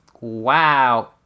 wow